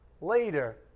Later